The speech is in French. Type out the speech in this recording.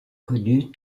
connues